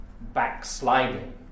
backsliding